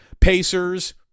pacers